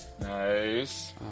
Nice